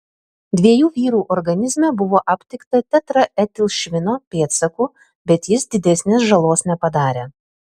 dviejų vyrų organizme buvo aptikta tetraetilšvino pėdsakų bet jis didesnės žalos nepadarė